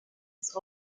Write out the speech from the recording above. des